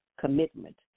commitment